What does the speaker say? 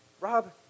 Rob